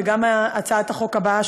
וגם הצעת החוק הבאה,